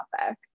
topic